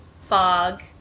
fog